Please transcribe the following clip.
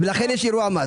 ולכן יש אירוע מס.